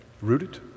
Rooted